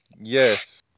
Yes